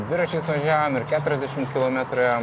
dviračiais važiavom ir keturiasdešimt kilometrų ėjom